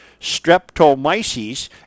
streptomyces